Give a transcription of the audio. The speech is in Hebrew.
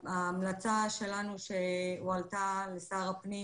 ההמלצה שלנו שהועלתה לשר הפנים,